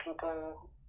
people